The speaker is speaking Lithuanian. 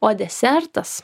o desertas